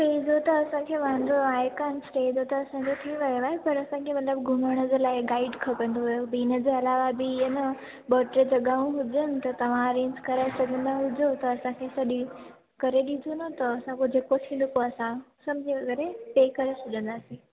पोइ उहो त असांखे वांदो आहे कान स्टे जो त असांजो थी वियो आहे पर असांखे मतलबु घुमण जे लाइ गाइड खपंदुव इनजे अलावा बि आहे न ॿ टे जॻहियूं हुजनि त तव्हां अरेंज कराए सघंदा हुजो त असांखे सॼी करे ॾिजो न त असां पोइ जेको थींदो पोइ असां सम्झी वग़ैरह पे करे छॾंदासीं